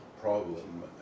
problem